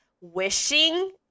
wishing